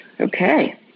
Okay